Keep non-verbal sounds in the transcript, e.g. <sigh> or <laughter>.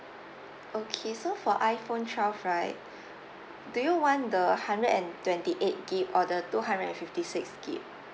okay so for iphone twelve right <breath> do you want the hundred and twenty eight gig or the two hundred and fifty six gig